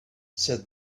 said